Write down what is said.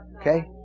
Okay